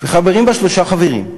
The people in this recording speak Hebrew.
וחברים בה שלושה חברים,